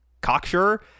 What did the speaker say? cocksure